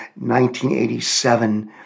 1987